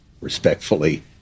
Respectfully